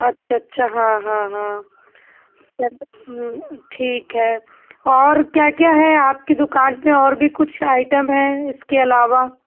अच्छा अच्छा हाँ हाँ हाँ ठीक है और क्या क्या है आपकी दुकान पर और भी कुछ आइटम है इसके अलावा